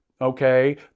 okay